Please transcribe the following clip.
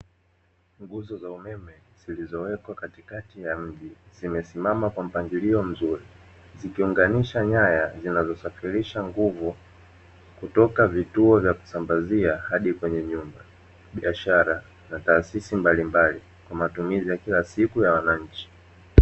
Nguzo za umeme, zilizowekwa katikati ya mji zimesimama kwa mpangilio mzuri, zikiunganisha nyaya zinazosafirisha nguvu kutoka vituo vya kusambazia hadi kwenye nyumba biashara na taasisi mbalimbali kwa matumizi ya kila siku ya wananchi